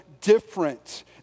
different